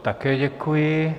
Také děkuji.